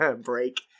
Break